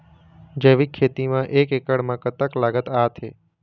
जैविक खेती म एक एकड़ म कतक लागत आथे?